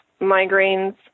migraines